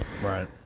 Right